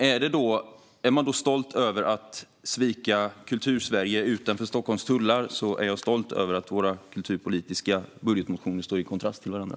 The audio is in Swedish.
Är man då stolt över att svika Kultursverige utanför Stockholms tullar är jag stolt över att våra kulturpolitiska budgetmotioner står i kontrast till varandra.